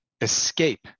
escape